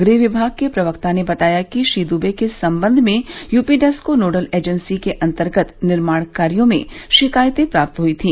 गृह विभाग के प्रवक्ता ने बताया कि श्री दुबे के संबंध में यूपीडेस्को नोडल एजेंसी के अन्तर्गत निर्माण कार्यो में शिकायते प्राप्त हुई थी